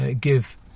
give